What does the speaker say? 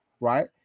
right